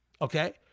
okay